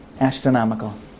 astronomical